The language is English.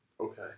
Okay